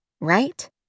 right